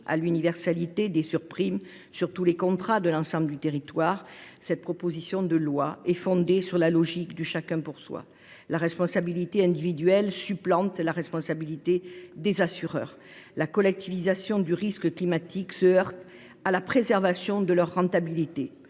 à l’universalité des surprimes sur tous les contrats de l’ensemble du territoire, cette proposition de loi est fondée sur la logique du chacun pour soi. La responsabilité individuelle supplante la responsabilité des assureurs. La collectivisation du risque climatique se heurte à la préservation de leur rentabilité.